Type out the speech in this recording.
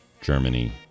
Germany